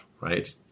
right